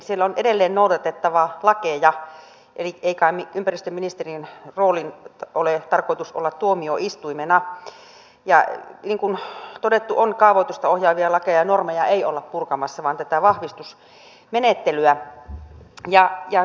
siellä on edelleen noudatettava lakeja eli ei kai ympäristöministeriön roolin ole tarkoitus olla tuomioistuimena ja niin kuin todettu on kaavoitusta ohjaavia lakeja ja normeja ei olla purkamassa vaan tätä vahvistusmenettelyä